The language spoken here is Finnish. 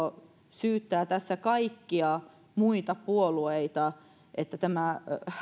syyttää tässä kaikkia muita puolueita että tämä